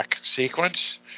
sequence